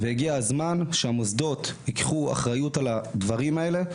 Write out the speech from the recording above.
והגיע הזמן שהמוסדות יקחו אחריות על הדברים האלה,